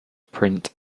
print